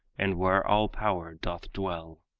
and where all power doth dwell.